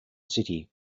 city